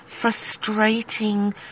frustrating